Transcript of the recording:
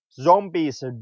zombies